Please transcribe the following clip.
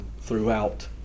throughout